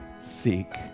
seek